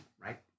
right